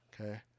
okay